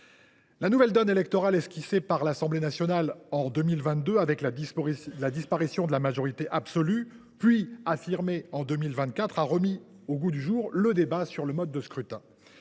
La nouvelle donne électorale esquissée par l’Assemblée nationale en 2022 avec la disparition de la majorité absolue, qui s’est accentuée en 2024, a remis au goût du jour le débat sur le mode de scrutin.